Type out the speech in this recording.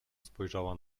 spojrzała